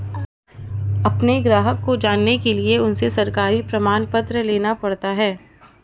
अपने ग्राहक को जानने के लिए उनसे सरकारी प्रमाण पत्र लेना पड़ता है